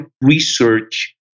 research